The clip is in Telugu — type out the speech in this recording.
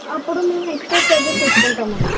అప్పుడు మేము ఎక్స్ట్రా చార్జెస్ తీసుకుంటాం అండి